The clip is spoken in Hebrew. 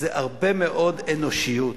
זה הרבה מאוד אנושיות.